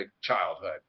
childhood